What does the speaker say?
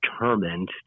determined